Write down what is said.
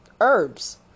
herbs